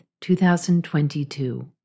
2022